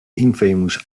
infamous